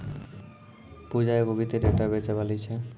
पूजा एगो वित्तीय डेटा बेचैबाली छै